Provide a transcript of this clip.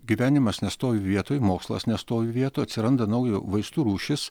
gyvenimas nestovi vietoj mokslas nestovi vietoj atsiranda nauja vaistų rūšis